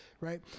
right